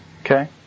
Okay